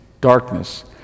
darkness